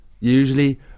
usually